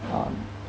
um